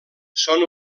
són